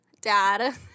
dad